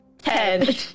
Ten